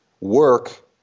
work